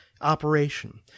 operation